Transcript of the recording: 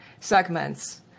segments